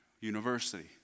university